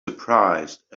surprised